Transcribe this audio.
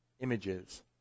Images